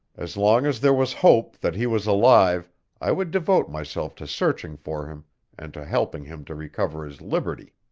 as long as there was hope that he was alive i would devote myself to searching for him and to helping him to recover his liberty.